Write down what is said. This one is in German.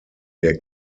der